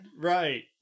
Right